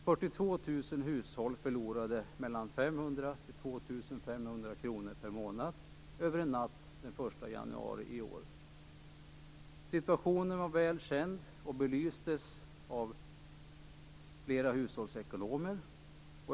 42 000 hushåll förlorade mellan 500 och 2 500 kr per månad över en natt den 1 januari i år. Situationen var väl känd och belystes av flera hushållsekonomer.